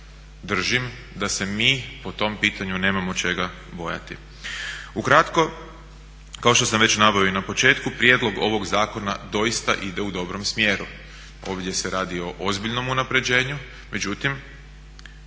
da se mi po tom pitanju nemamo čega bojati. Ukratko, kao što sam već naveo i na početku, prijedlog ovog zakona doista ide u dobrom smjeru. Ovdje se radi o ozbiljnom unapređenju, međutim